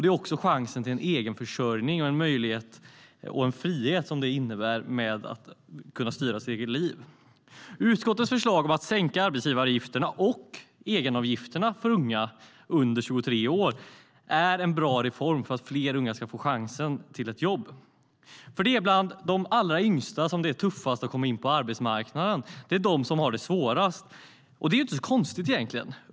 Det är också chansen till en egen försörjning och den möjlighet och frihet det innebär att kunna styra sitt eget liv. Utskottets förslag om att sänka arbetsgivaravgifterna och egenavgifterna för unga under 23 år är en bra reform för att fler unga ska få chansen till ett jobb. För det är bland de allra yngsta som det är som tuffast att komma in på arbetsmarknaden. Det är de som har det svårast. Det är inte så konstigt, egentligen.